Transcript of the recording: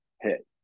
hit